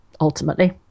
ultimately